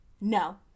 No